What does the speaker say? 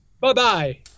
Bye-bye